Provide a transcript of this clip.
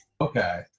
Okay